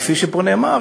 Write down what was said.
כפי שפה נאמר,